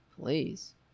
please